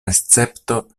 escepto